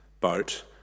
boat